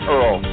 Earl